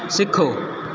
ਸਿੱਖੋ